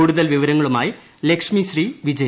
കൂടുതൽ വിവരങ്ങളുമായി ലക്ഷ്മിശ്രീ വിജയ